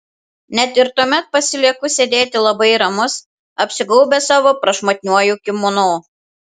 net ir tuomet pasilieku sėdėti labai ramus apsigaubęs savo prašmatniuoju kimono